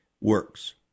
works